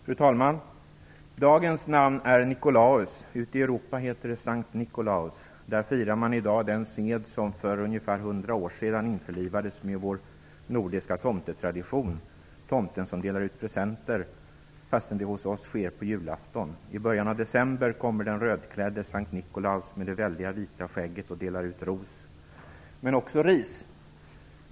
Fru talman! Dagens namn är Nikolaus. Ute i Europa heter det Sankt Nikolaus. Där firar man i dag den sed som för ungefär 100 år sedan införlivades med vår nordiska tomtetradition - tomten som delar ut presenter, fast det hos oss sker på julafton. I början av december kommer den rödklädde Sankt Nikolaus med det väldiga vita skägget och delar ut ros, men också ris.